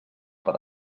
per